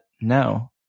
no